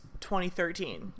2013